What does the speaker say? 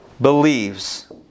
believes